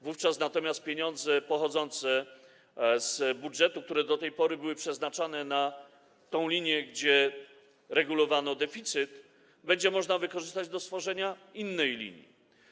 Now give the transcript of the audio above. Wówczas pieniądze pochodzące z budżetu, które do tej pory były przeznaczane na tę linię, gdzie regulowano deficyt, będzie można wykorzystać do stworzenia innej linii.